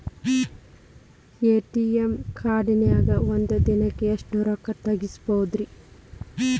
ATM ಕಾರ್ಡ್ನ್ಯಾಗಿನ್ದ್ ಒಂದ್ ದಿನಕ್ಕ್ ಎಷ್ಟ ರೊಕ್ಕಾ ತೆಗಸ್ಬೋದ್ರಿ?